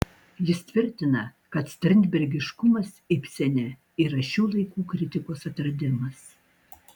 jis tvirtina kad strindbergiškumas ibsene yra šių laikų kritikos atradimas